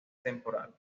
temporales